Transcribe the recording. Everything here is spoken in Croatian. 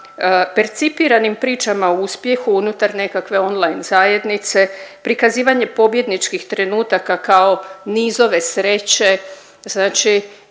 percipiranim pričam o uspjehu unutar nekakve online zajednice, prikazivanje pobjedničkih trenutaka kao nizove sreće. Znači